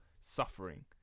suffering